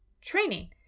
training